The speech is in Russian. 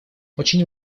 очень